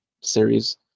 series